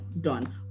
done